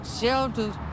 shelters